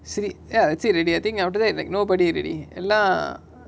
சிரி:siri ya it's already I think after that like nobody already எல்லா:ella